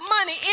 money